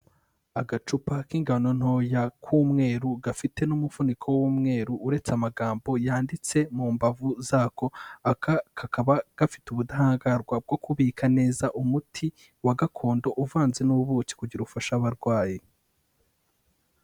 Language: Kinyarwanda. Agacupa k'ingano ntoya k'umweru gafite n'umuvuniko w'umweru uretse amagambo yanditse mu mbavu zako, aka kakaba gafite ubudahangarwa bwo kubika neza umuti, wa gakondo uvanze n'ubuki kugira ufasha abarwayi.